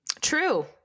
True